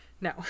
No